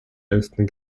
elften